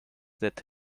that